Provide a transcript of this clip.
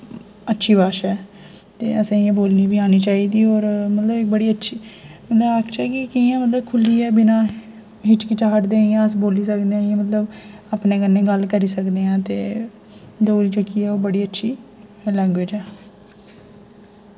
अच्छी भाशा ऐ ते असें ऐ बोलनी बी आनी चाहिदी होर इक बड़ी अच्छी मतलब आक्खचे कि खुल्लिये बिना हिचकिचाहट दे अस बोली सकनेया इ'यां मतलब अपने कन्ने गल्ल करी सकनेया ते डोगरी जेह्की ऐ बड़ी अच्छी लैंग्वेज ऐ